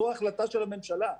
זו החלטה של הממשלה.